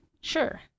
Sure